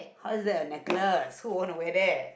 how is that a necklace who would want to wear that